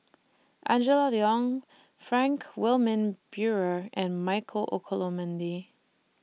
Angela Liong Frank Wilmin Brewer and Michael Olcomendy